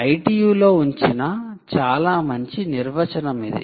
ITU లో ఉంచిన చాలా మంచి నిర్వచనం ఇది